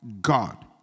God